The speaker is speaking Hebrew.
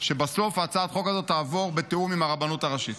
שבסוף הצעת החוק הזאת תעבור בתיאום עם הרבנות הראשית.